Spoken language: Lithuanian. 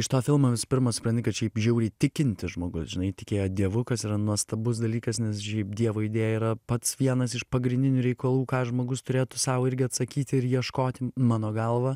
iš to filmo visu pirma supranti kad šiaip žiauriai tikintis žmogus žinai tikėjo dievukas yra nuostabus dalykas nes šiaip dievo idėja yra pats vienas iš pagrindinių reikalų ką žmogus turėtų sau irgi atsakyti ir ieškoti mano galva